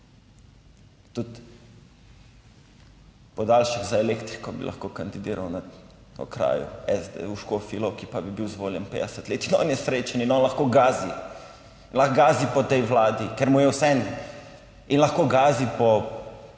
tudi podaljšek za elektriko bi lahko kandidiral na okraju v Škofji Loki pa bi bil izvoljen 50 let in on je srečen in on lahko gazi, lahko gazi po tej Vladi, ker mu je vseeno in lahko gazi po